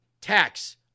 tax